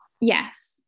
Yes